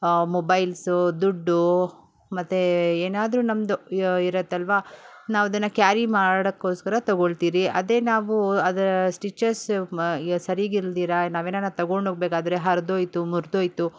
mobiles ದುಡ್ಡು ಮತ್ತು ಏನಾದ್ರೂ ನಮ್ಮದು ಇರುತ್ತಲ್ವ ನಾವು ಅದನ್ನು ಕ್ಯಾರಿ ಮಾಡೋಕ್ಕೋಸ್ಕರ ತೊಗೊಳ್ತೀವಿ ಅದೇ ನಾವು ಅದರ ಸ್ಟಿಚಸ್ ಸರೀಗಿಲ್ದಿರೆ ನಾವೇನಾದ್ರು ತೊಗೊಂಡು ಹೋಗಬೇಕಾದ್ರೆ ಹರಿದೋಯ್ತು ಮುರಿದೋಯ್ತು